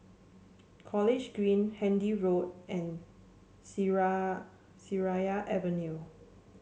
College Green Handy Road and Seraya Avenue